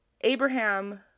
Abraham